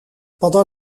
pendant